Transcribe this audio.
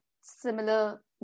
similar